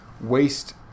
waste